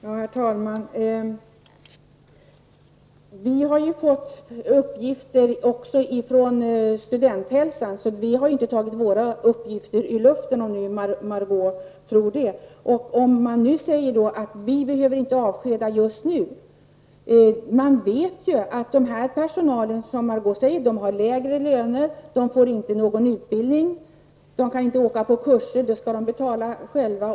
Herr talman! Vi har också fått uppgifter från Studenthälsan. De uppgifter som vi har är alltså inte gripna ur luften, Margó Ingvardsson! Ja, man säger kanske att det inte är nödvändigt att just nu avskeda personal. Men den här personalen har, som Margó Ingvardsson sade, lägre löner. Man får inte någon utbildning. Man kan inte åka på kurser. Sådant får man betala själv.